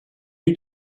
you